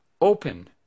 Open